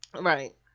Right